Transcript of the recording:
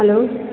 hello